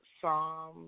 Psalm